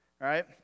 right